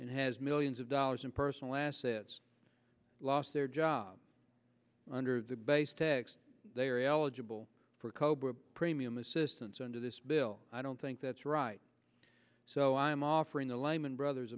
and has millions of dollars in personal assets lost their job under the basics they are eligible for cobra premium assistance under this bill i don't think that's right so i'm offering the lehman brothers